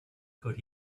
could